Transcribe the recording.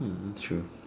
hmm true